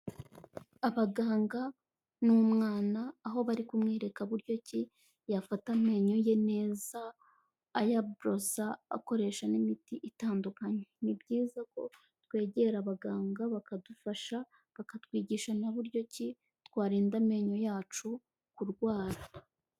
Abaganga n'umwana aho bari kumwereka bu buryo ki yafata amenyo ye neza ayaborosa akoresha n'imiti itandukanye. Ni byiza ko twegera abaganga bakadufasha bakatwigisha na buryo ki twarinda amenyo yacu kurwara.